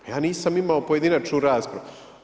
Ja nisam imao pojedinačnu raspravu.